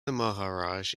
maharaj